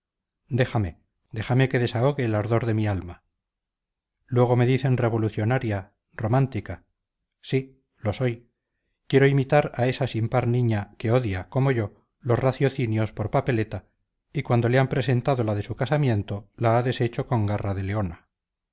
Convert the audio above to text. déjame déjame que desahogue el ardor de mi alma luego me dicen revolucionaria romántica sí lo soy quiero imitar a esa sin par niña que odia como yo los raciocinios por papeleta y cuando le han presentado la de su casamiento la ha deshecho con garra de leona